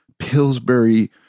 Pillsbury